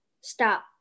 stop